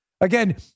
Again